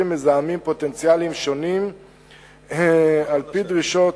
מזהמים פוטנציאליים שונים על-פי דרישות,